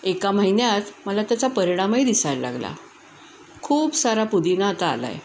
एका महिन्यात मला त्याचा परिणामही दिसायला लागला खूप सारा पुदिना आता आला आहे